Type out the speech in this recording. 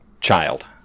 Child